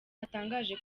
atangaje